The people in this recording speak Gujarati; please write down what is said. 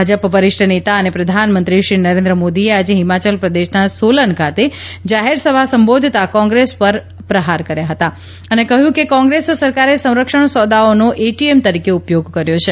ભાજપ વરિષ્ટ નેતા અને પ્રધાનમંત્રીશ્રી નરેન્દ્ર મોદીએ આજે હીમાચલ પ્રદેશના સોલન ખાતે જાહેરસભા સંબોધતાં કોંગ્રેસ પર પ્રહાર કર્યા હતા અને કહ્યં કે કોંગ્રેસ સરકારે સંરક્ષણ સોદાઓનો એટીએમ તરીકે ઉપયોગ કર્યો છે